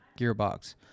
gearbox